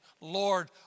Lord